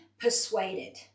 persuaded